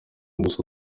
gusa